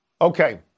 Okay